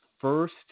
first